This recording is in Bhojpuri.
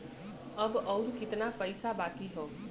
अब अउर कितना पईसा बाकी हव?